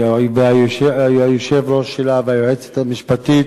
ליושב-ראש שלה וליועצת המשפטית,